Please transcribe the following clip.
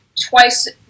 twice